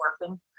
working